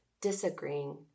disagreeing